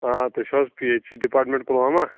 آ تُہۍ چھُو حظ P H E department Pulwama